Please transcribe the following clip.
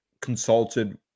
consulted –